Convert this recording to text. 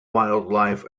wildlife